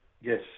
Yes